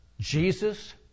Jesus